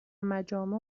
مجامع